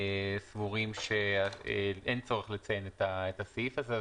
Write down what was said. סבורים שאין צורך לציין את הסעיף הזה.